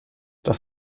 das